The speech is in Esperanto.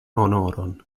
honoron